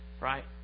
Right